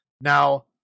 now